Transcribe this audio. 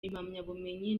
impamyabumenyi